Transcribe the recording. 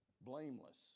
Blameless